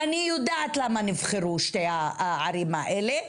אני יודעת למה נבחרו שתי הערים האלה.